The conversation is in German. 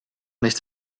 nichts